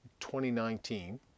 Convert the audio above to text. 2019